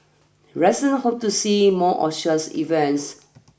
resident hope to see more of such events